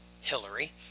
Hillary